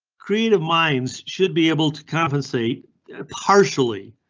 creative minds should be able to compensate partially.